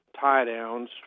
tie-downs